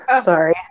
Sorry